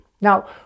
Now